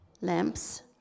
lamps